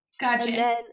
Gotcha